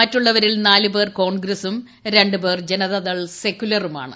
മറ്റുള്ളവരിൽ നാലു പേർ കോൺഗ്രസും ര ു പേർ ജനതാദൾ സെക്കുലറുമാണ്